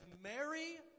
Mary